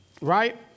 Right